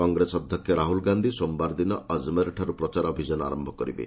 କଂଗ୍ରେସ ଅଧ୍ୟକ୍ଷ ରାହୁଲ ଗାନ୍ଧୀ ସୋମବାରଦିନ ଅଜମେର ଠାରୁ ପ୍ରଚାର ଅଭିଯାନ ଆରମ୍ଭ କରିବେ